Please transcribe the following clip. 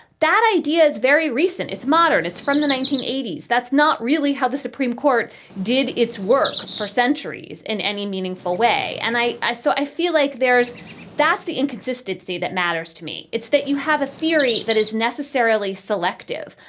that idea is very recent. it's modern. it's from the nineteen that's not really how the supreme court did its work for centuries in any meaningful way. and i i so i feel like there's that's the inconsistency that matters to me. it's that you have a theory that is necessarily selective,